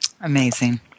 Amazing